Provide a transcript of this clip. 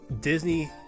Disney